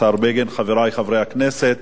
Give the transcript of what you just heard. השר בגין, חברי חברי הכנסת,